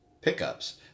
pickups